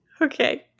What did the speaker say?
Okay